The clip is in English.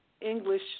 English